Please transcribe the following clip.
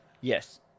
Yes